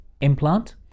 implant